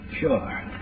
Sure